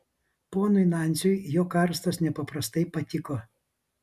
ponui nansiui jo karstas nepaprastai patiko